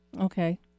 Okay